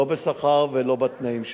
לא בשכר ולא בתנאים שלהם.